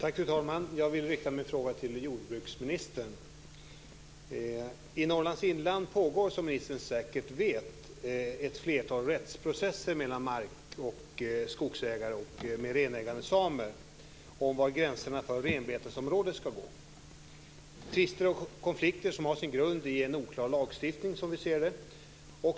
Fru talman! Jag vill rikta min fråga till jordbruksministern. I Norrlands inland pågår, som ministern säkert vet, ett flertal rättsprocesser mellan markägare, skogsägare och renägande samer om var gränserna för renbetesområden ska gå. Som vi ser det har dessa konflikter sin grund i en oklar lagstiftning.